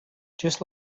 just